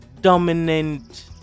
dominant